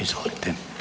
Izvolite.